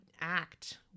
act